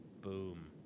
boom